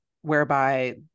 whereby